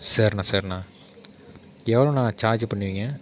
செரிணா செரிணா எவ்வளோணா சார்ஜ் பண்ணுவீங்க